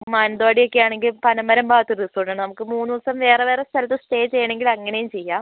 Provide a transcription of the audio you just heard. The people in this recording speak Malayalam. മാനന്തവാടിയൊക്കെ ആണെങ്കിൽ പനമരം ഭാഗത്ത് റിസോർട്ടുണ്ട് നമുക്ക് മൂന്ന് ദിവസം വേറെ വേറെ സ്ഥലത്ത് സ്റ്റേ ചെയ്യണമെങ്കിൽ അങ്ങനെയും ചെയ്യാം